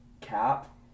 Cap